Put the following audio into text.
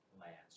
lands